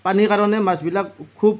পানীৰ কাৰণে মাছবিলাক খুব